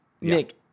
Nick